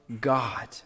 God